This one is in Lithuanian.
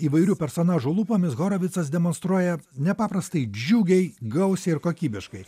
įvairių personažų lūpomis horovicas demonstruoja nepaprastai džiugiai gausiai ir kokybiškai